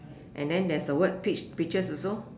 and then there's a word peach peaches also